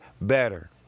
better